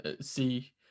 see